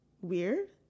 weird